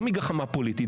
לא מגחמה פוליטית.